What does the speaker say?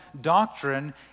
doctrine